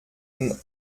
den